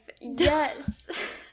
yes